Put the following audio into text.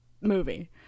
movie